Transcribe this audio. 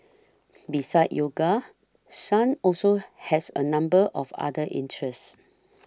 besides yoga Sun also has a number of other interests